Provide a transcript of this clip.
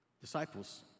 disciples